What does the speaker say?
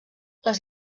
les